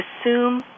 assume